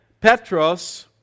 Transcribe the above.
Petros